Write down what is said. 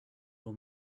will